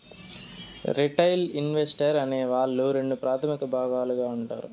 retail investor అనే వాళ్ళు రెండు ప్రాథమిక భాగాలుగా ఉంటారు